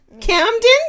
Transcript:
camden